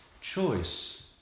choice